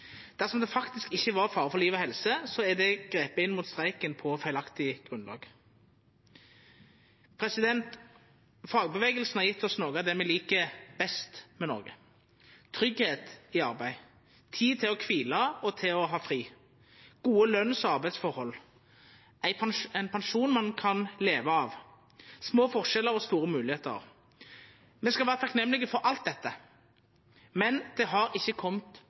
Dersom det faktisk ikkje var fare for livet, er det gripe inn mot streiken på feilaktig grunnlag. Fagrørsla har gjeve oss noko av det me liker best med Noreg. Tryggleik for arbeid, tid til å kvila og til å ha fri. Gode løns- og arbeidsforhold, ein pensjon ein kan leva av, små forskjellar og store moglegheiter. Me skal vera takksame for alt dette, men det har ikkje